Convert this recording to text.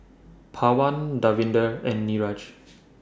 Pawan Davinder and Niraj